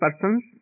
persons